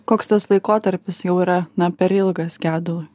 koks tas laikotarpis jau yra na per ilgas gedului